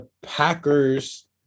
Packers